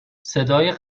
صدای